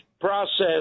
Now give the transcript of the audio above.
process